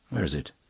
where is it?